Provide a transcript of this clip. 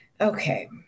okay